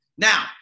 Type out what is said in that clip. Now